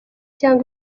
cyangwa